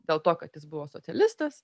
dėl to kad jis buvo socialistas